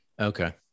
Okay